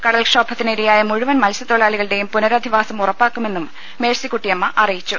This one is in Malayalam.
കടൽക്ഷോഭത്തിന് ഇരയായ മുഴുവൻ മ ത്സ്യത്തൊഴിലാളികളുടെയും പുനരധിവാസം ഉറപ്പാക്കുമെന്നും മേഴ്സിക്കു ട്ടിയമ്മ അറിയിച്ചു